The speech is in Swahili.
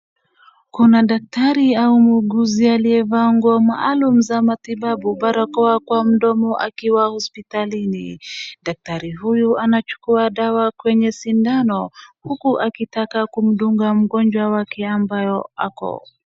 Kuna daktari au muuguzi aliyevaa nguo maalum za matibabu, barakoa kwa mdomo akiwa hospitalini. Daktari huyu anachukua dawa kwenye sindano huku akitaka kumdunga mgonjwa wake ambaye ako.